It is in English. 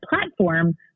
platform